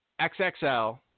XXL